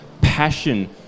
passion